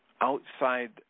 outside